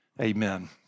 amen